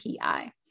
PI